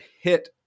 hit